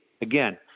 Again